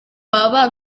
baba